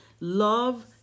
Love